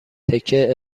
تکه